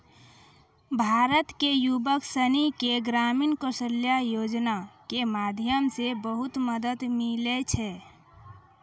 भारत के युवक सनी के ग्रामीण कौशल्या योजना के माध्यम से बहुत मदद मिलै छै